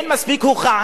כמו ההוכחה הזו,